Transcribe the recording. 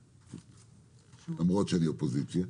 למרות שאני באופוזיציה.